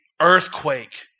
earthquake